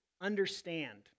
understand